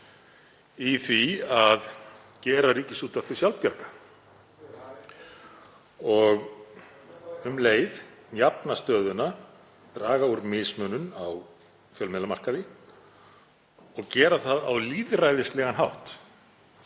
í því að gera Ríkisútvarpið sjálfbjarga og um leið jafna stöðuna, draga úr mismunun á fjölmiðlamarkaði og gera það á lýðræðislegan hátt